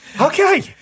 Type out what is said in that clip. Okay